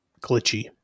glitchy